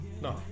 no